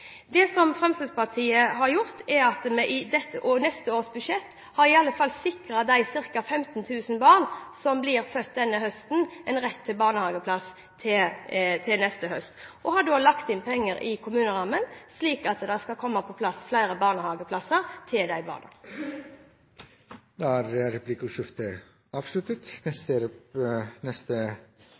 Det som Fremskrittspartiet har gjort, er at vi i neste års budsjett i alle fall har sikret de ca. 15 000 barn som blir født denne høsten, en rett til barnehageplass til neste høst, og har da lagt inn penger i kommunerammen, slik at det skal komme på plass flere barnehageplasser til de barna. Replikkordskiftet er avsluttet.